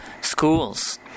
schools